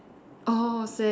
orh same